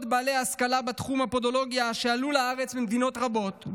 בעלי השכלה בתחום הפודולוגיה שעלו לארץ ממדינות רבות,